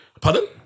Pardon